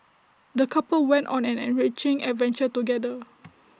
the couple went on an enriching adventure together